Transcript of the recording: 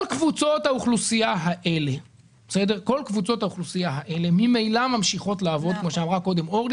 כל קבוצות האוכלוסייה האלה ממילא ממשיכות לעבוד כמו שאמרה קודם אורלי